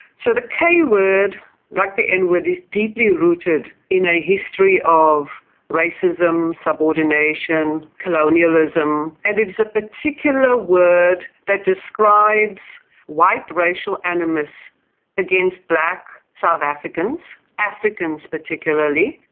so the k-word, like the n-word, is deeply rooted in a history of racism, subordination, colonialism, and it's a particular word that describes white racial animus against black south africans, africans particularly.